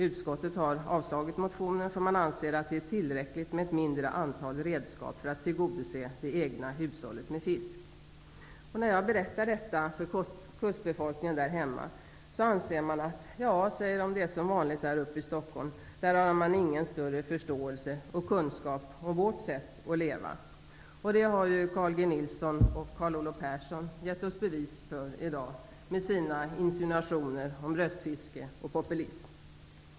Utskottet har avstyrkt motionen. Man anser att det är tillräckligt med ett mindre antal redskap för att tillgodose det egna hushållet med fisk. När jag berättar detta för kustbefolkningen där hemma säger de: Ja, det är som vanligt där uppe i Stockholm. Där har man ingen större förståelse för eller kunskap om vårt sätt att leva. Det har Carl G Nilsson och Carl Olov Persson gett oss bevis för i dag, med sina insinuationer om röstfiske och populism.